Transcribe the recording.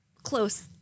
close